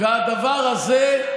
והדבר הזה,